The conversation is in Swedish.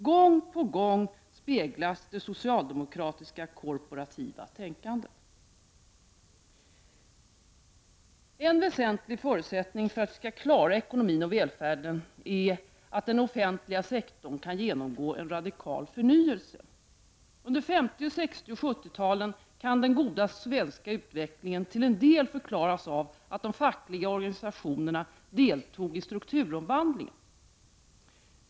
Gång på gång speglas det socialdemokratiska korporativa tänkandet. En väsentlig förutsättning för att vi skall klara ekonomin och välfärden är att den offentliga sektorn kan genomgå en radikal förnyelse. Under 50-60 och 70-talet kunde den goda svenska utvecklingen till en del förklaras av att de fackliga organisationerna deltog i strukturomvandliangen.